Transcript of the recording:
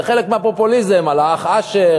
זה חלק מהפופוליזם על האח אשר,